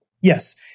Yes